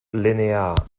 linear